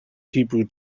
hebrew